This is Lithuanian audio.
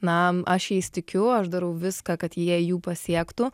na aš jais tikiu aš darau viską kad jie jų pasiektų